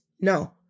No